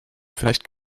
vielleicht